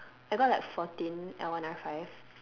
I got like fourteen L one R five